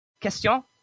question